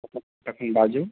बाजु